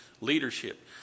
leadership